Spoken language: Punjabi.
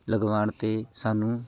ਲਗਵਾਉਣ 'ਤੇ ਸਾਨੂੰ